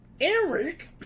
Eric